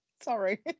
sorry